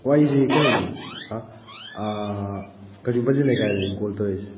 ꯑꯣ ꯑꯩꯁꯤ ꯀꯩꯅꯣꯅꯤ ꯀꯛꯆꯤꯡ ꯕꯖꯤ ꯂꯩꯀꯥꯏꯗꯒꯤꯅꯤ ꯀꯣꯜ ꯇꯧꯔꯛꯏꯁꯦ